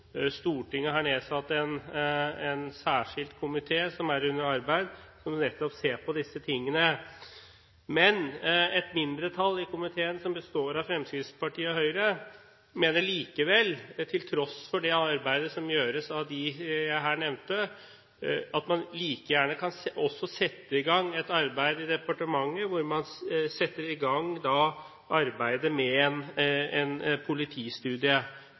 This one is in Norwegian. Stortinget har nedsatt en særskilt komité, som er under arbeid, for nettopp å se på disse tingene. Men et mindretall i komiteen, som består av Fremskrittspartiet og Høyre, mener likevel, til tross for det arbeidet som gjøres av dem jeg her nevnte, at man like gjerne også kan sette i gang et arbeid i departementet med en politistudie, for mye av den informasjonen man må ta stilling til i en slik politistudie,